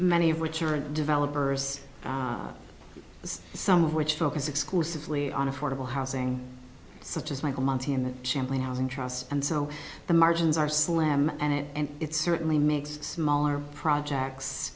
many of which are a developer's has some of which focus exclusively on affordable housing such as michael montana champlin housing trusts and so the margins are slim and it certainly makes smaller projects